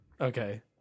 Okay